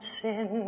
sin